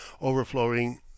overflowing